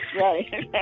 right